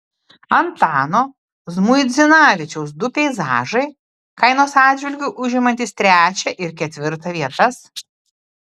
antano žmuidzinavičiaus du peizažai kainos atžvilgiu užimantys trečią ir ketvirtą vietas